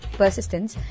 persistence